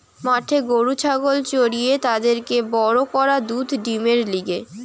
মাঠে গরু ছাগল চরিয়ে তাদেরকে বড় করা দুধ ডিমের লিগে